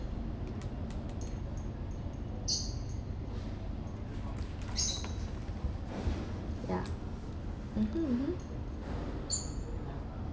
ya mmhmm mmhmm